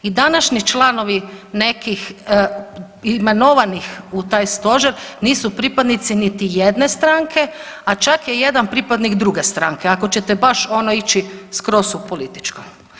I današnji članovi nekih imenovanih u taj stožer nisu pripadnici niti jedne stranke, a čak je jedan pripadnik druge stranke ako ćete baš ono ići skroz u političko.